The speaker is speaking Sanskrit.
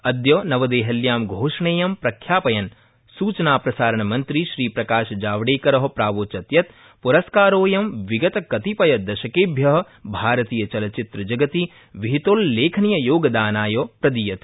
अद्य नवदेहल्यां घोषणेयं प्रख्यापयन् सूचनाप्रसारणमन्त्री श्री प्रकाशजावडेकर प्रावोचत् यत् पुरस्कारोऽयं विगत कतिपय दशकेभ्य भारतीय चलच्चित्र जगति विहितोल्लेखनीय योगदानाय प्रदीयते